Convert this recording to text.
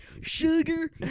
Sugar